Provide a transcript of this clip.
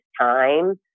time